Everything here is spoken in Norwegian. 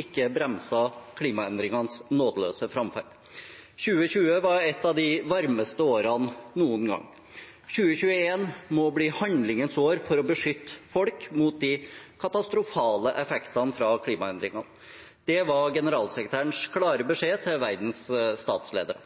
ikke bremset klimaendringenes nådeløse framferd. 2020 var et av de varmeste årene noen gang. 2021 må bli handlingens år for å beskytte folk mot de katastrofale effektene fra klimaendringene. Det var generalsekretærens klare beskjed til verdens ledere.